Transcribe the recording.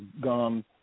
gone